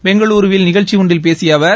பெங்களுருவில் நிகழ்ச்சி ஒன்றில் பேசிய அவர்